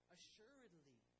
Assuredly